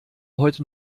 heute